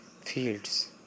fields